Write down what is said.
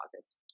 causes